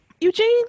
Eugene